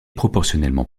proportionnellement